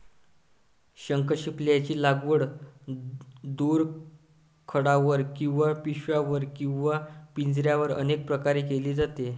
शंखशिंपल्यांची लागवड दोरखंडावर किंवा पिशव्यांवर किंवा पिंजऱ्यांवर अनेक प्रकारे केली जाते